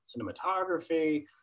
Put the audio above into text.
cinematography